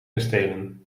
kastelen